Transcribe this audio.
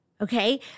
Okay